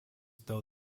though